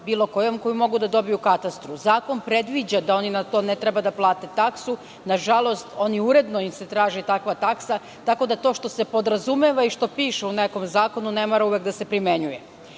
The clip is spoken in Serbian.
bilo kojom koju mogu da dobiju u katastru. Zakon predviđa da oni na to ne treba da plate taksu. Nažalost, uredno im se traži takva taksa, tako da to što se podrazumeva i što piše u nekom zakonu, ne mora uvek da se primenjuje. Sada